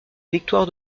victoire